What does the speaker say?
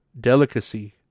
delicacy